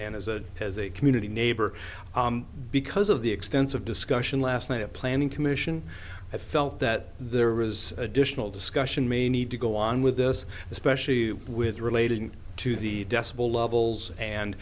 and as a as a community neighbor because of the extensive discussion last night of planning commission i felt that there was additional discussion may need to go on with this especially with relating to the decibel levels and